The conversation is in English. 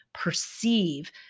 perceive